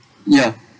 ya